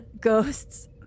ghosts